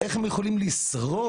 איך הם יכולים לשרוד,